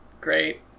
great